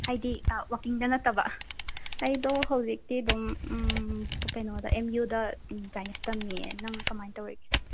ꯍꯥꯏꯗꯤ ꯋꯥꯛꯀꯤꯡꯗ ꯅꯠꯇꯕ ꯑꯩꯗꯣ ꯍꯧꯖꯤꯛꯇꯤ ꯑꯗꯨꯝ ꯀꯩꯅꯣꯗ ꯑꯦꯝ ꯌꯨ ꯗ ꯆꯥꯏꯅꯤꯖ ꯇꯝꯃꯤꯌꯦ ꯅꯪ ꯀꯃꯥꯏ ꯇꯧꯔꯤꯒꯦ